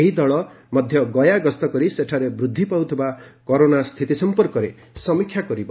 ଏହି ଦଳ ମଧ୍ୟ ଗୟା ଗସ୍ତ କରି ସେଠାରେ ବୃଦ୍ଧି ପାଉଥିବା କରୋନା ମାମଲା ସମ୍ପର୍କରେ ସମୀକ୍ଷା କରିବ